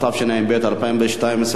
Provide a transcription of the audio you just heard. התשע"ב 2012,